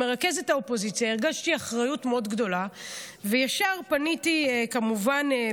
כמרכזת האופוזיציה הרגשתי אחריות מאוד גדולה וישר פניתי ללפיד,